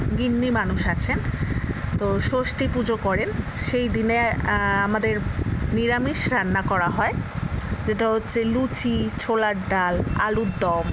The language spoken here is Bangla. গিন্নি মানুষ আছেন তো ষষ্ঠী পুজো করেন সেই দিনে আমাদের নিরামিষ রান্না করা হয় যেটা হচ্ছে লুচি ছোলার ডাল আলুর দম